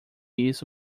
isso